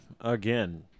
again